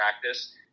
practice